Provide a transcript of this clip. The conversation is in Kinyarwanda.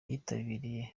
yitabiriye